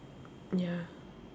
ya